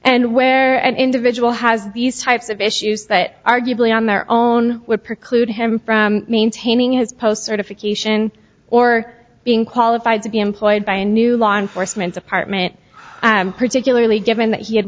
and where an individual has these types of issues that arguably on their own would preclude him from maintaining his post certification or being qualified to be employed by a new law enforcement department particularly given that he had